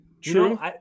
True